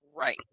right